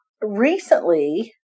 recently